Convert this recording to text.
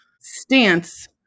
stance